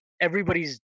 everybody's